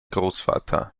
großvater